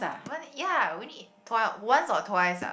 one ya we only eat twi~ one or twice ah